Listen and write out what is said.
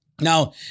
Now